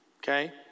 okay